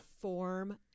form